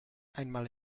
einmal